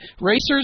Racers